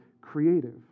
creative